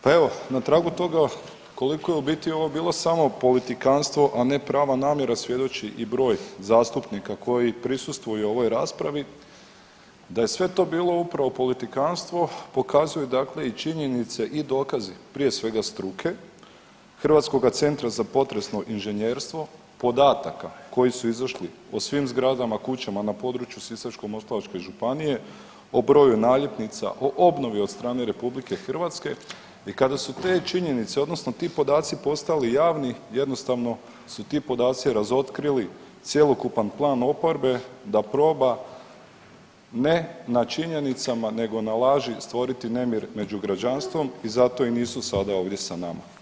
Pa evo na tragu toga koliko je u biti ovo bilo samo politikanstvo, a ne prava namjera svjedoči i broj zastupnika koji prisustvuje ovoj raspravi da je sve to bilo upravo politikanstvo pokazuje i činjenice i dokazi prije svega struke Hrvatskoga centra za potresno inženjerstvo podataka koji su izašli po svim zgradama, kućama na području Sisačko-moslavačke županije, o broju naljepnica, o obnovi od strane RH i kada su te činjenice odnosno ti podaci postali javni jednostavno su ti podaci razotkrili cjelokupan plan oporbe da proba ne na činjenicama nego na laži stvoriti nemir među građanstvom i zato nisu sada ovdje sa nama.